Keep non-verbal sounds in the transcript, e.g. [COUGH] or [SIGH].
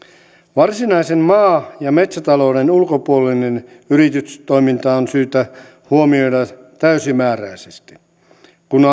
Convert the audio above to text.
varsinaisen maa ja metsätalouden ulkopuolinen yritystoiminta on syytä huomioida täysimääräisesti kun [UNINTELLIGIBLE]